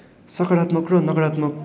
सकारात्मक र नकारात्मक